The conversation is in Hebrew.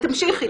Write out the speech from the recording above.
תמשיכי.